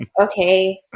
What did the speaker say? okay